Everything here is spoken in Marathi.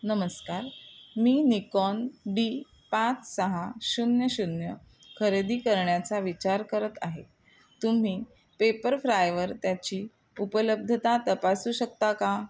नमस्कार मी निक्कॉन डी पाच सहा शून्य शून्य खरेदी करण्याचा विचार करत आहे तुम्ही पेप्परफ्रायवर त्याची उपलब्धता तपासू शकता का